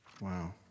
Wow